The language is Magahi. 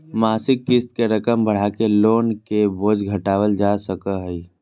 मासिक क़िस्त के रकम बढ़ाके लोन के बोझ घटावल जा सको हय